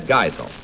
Geisel